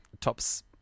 tops